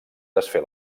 desfer